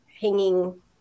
hanging